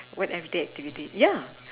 what everyday activity ya